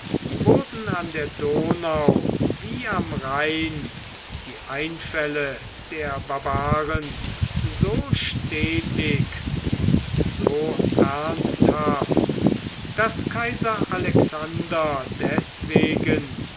wurden an der donau wie am rhein die einfälle der barbaren so stetig und so ernsthaft daß kaiser alexander deswegen